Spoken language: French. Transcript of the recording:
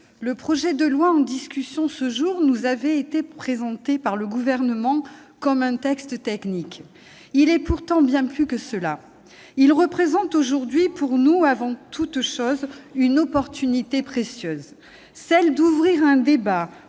Le projet de loi en discussion ce jour nous avait été présenté par le Gouvernement comme un texte technique, il est pourtant bien plus que cela ! Il représente aujourd'hui pour nous, avant tout, l'opportunité précieuse d'ouvrir un débat